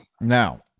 Now